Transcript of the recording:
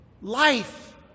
life